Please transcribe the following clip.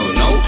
no